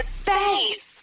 space